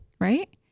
right